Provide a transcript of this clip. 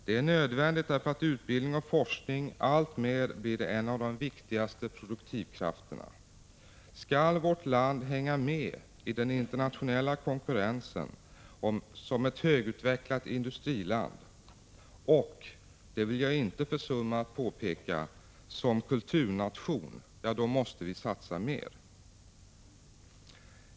Det är nödvändigt därför att utbildning och forskning alltmer blir en av de viktigaste produktivkrafterna. Skall vårt land hänga med i den internationella konkurrensen som ett högutvecklat industriland och — det vill jag inte försumma att påpeka — som kulturnation måste vi satsa mer.